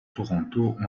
toronto